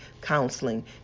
counseling